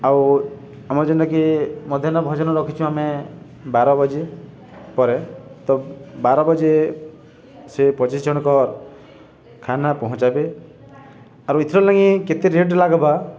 ଆଉ ଆମ ଯେନ୍ତାକି ମଧ୍ୟାହ୍ନ ଭୋଜନ ରଖିଚୁ ଆମେ ବାର ବଜିେ ପରେ ତ ବାର ବଜେ ସେ ପଚିଶ ଜଣଙ୍କ ଖାନା ପହଞ୍ଚାବେ ଆଉ ଏଇଥିରଲାାଗି କେତେ ରେଟ୍ ଲାଗ୍ବା